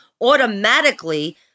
automatically